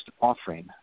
offering